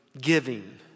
giving